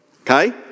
Okay